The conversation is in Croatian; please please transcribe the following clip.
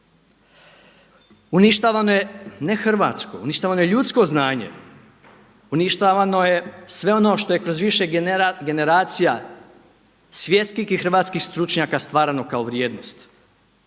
Uništavano je ne hrvatsko, uništavano je ljudsko znanje, uništavano je sve ono što je kroz više generacija svjetskih i hrvatskih stručnjaka stvarano kao vrijednost.